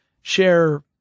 share